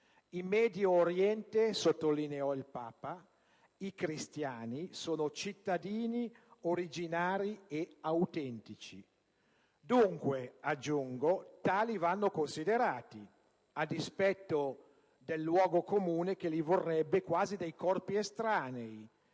In Medio Oriente, sottolineò il Papa, «i cristiani sono cittadini originari e autentici». Dunque, aggiungo, tali vanno considerati, a dispetto del luogo comune che li vorrebbe quasi dei corpi estranei,